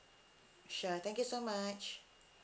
sure thank you so much